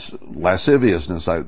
lasciviousness